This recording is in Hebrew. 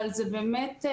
אבל הרעיון הוא